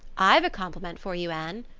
i've a compliment for you, anne,